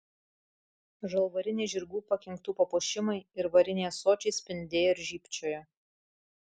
žalvariniai žirgų pakinktų papuošimai ir variniai ąsočiai spindėjo ir žybčiojo